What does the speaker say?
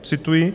Cituji: